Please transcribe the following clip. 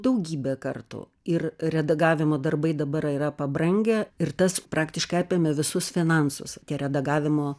daugybę kartų ir redagavimo darbai dabar yra pabrangę ir tas praktiškai apėmė visus finansus tie redagavimo